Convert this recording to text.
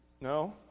No